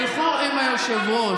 שתלכו עם היושב-ראש.